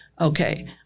Okay